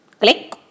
click